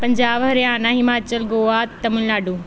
Punjab Haryana Himachal Goa Tamil Nadu